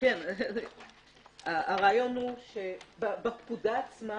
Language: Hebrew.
הרעיון הוא שבפקודה עצמה